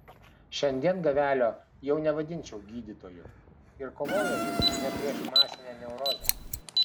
šiandien gavelio jau nevadinčiau gydytoju ir kovojo jis ne prieš masinę neurozę